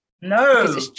No